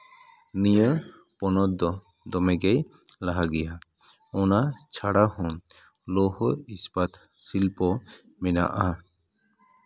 ᱱᱤᱭᱟᱹ ᱯᱚᱱᱚᱛ ᱫᱚ ᱫᱚᱢᱮ ᱜᱮᱭ ᱞᱟᱦᱟ ᱜᱮᱭᱟ ᱚᱱᱟ ᱪᱷᱟᱲᱟ ᱦᱚᱸ ᱞᱳᱦᱚ ᱤᱥᱯᱟᱛ ᱥᱤᱞᱯᱚ ᱢᱮᱱᱟᱜᱼᱟ